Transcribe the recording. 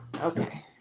Okay